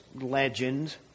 legend